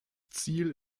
ziel